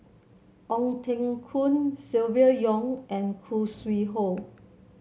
Ong Teng Koon Silvia Yong and Khoo Sui Hoe